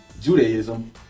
Judaism